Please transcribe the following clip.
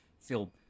feel